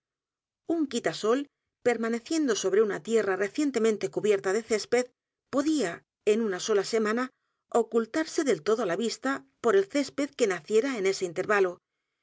un quitasol permaneciendo sobre una tierra recientemente cubierta de césped podía en una sola semana ocultarse del todo á la vista por el césped que naciera en ese intervalo